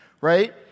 right